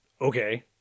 Okay